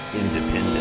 Independent